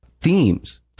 themes